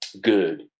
good